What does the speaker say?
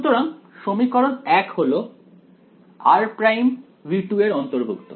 সুতরাং সমীকরণ 1 হল r′ ∈ V2